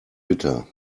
bitter